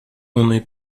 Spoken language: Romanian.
unui